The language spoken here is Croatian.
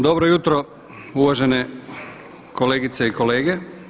Dobro jutro, uvažene kolegice i kolege.